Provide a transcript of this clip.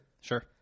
Sure